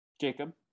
Jacob